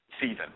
season